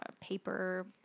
paper